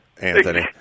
Anthony